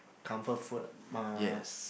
comfort food mah